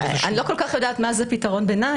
אני לא כל כך יודעת מה זה פתרון ביניים,